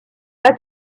pas